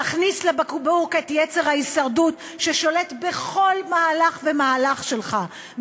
תכניס לבקבוק את יצר ההישרדות ששולט בכל מהלך ומהלך שלך,